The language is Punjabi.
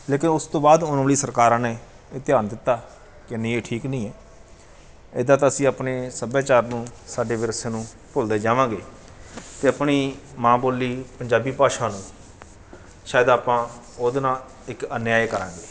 ਲੇਕਿਨ ਉਸ ਤੋਂ ਬਾਅਦ ਆਉਣ ਵਾਲੀ ਸਰਕਾਰਾਂ ਨੇ ਧਿਆਨ ਦਿੱਤਾ ਕਿ ਨਹੀਂ ਇਹ ਠੀਕ ਨਹੀਂ ਹੈ ਇੱਦਾਂ ਤਾਂ ਅਸੀਂ ਆਪਣੇ ਸੱਭਿਆਚਾਰ ਨੂੰ ਸਾਡੇ ਵਿਰਸੇ ਨੂੰ ਭੁੱਲਦੇ ਜਾਵਾਂਗੇ ਅਤੇ ਆਪਣੀ ਮਾਂ ਬੋਲੀ ਪੰਜਾਬੀ ਭਾਸ਼ਾ ਨੂੰ ਸ਼ਾਇਦ ਆਪਾਂ ਉਹਦੇ ਨਾਲ਼ ਇੱਕ ਅਨਿਆਂਏ ਕਰਾਂਗੇ